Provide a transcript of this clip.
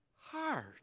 heart